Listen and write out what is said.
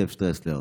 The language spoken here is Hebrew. כותב שטרסלר.